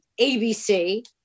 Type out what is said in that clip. ABC